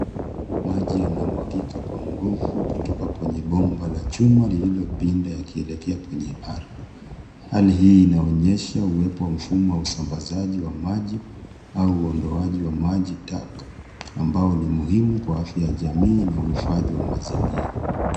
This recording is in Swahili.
Maji yanamwagika kwa nguvu kutoka kwenye bomba la chuma lililopinda yakielekea kwenye ardhi. Hali hii inaonyesha uwepo wa mfumo wa usambazaji wa maji au uondoaji wa maji taka ambao ni muhimu kwa afya ya jamii na uhifadhi wa mazingira.